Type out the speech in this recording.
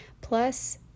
plus